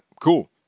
cool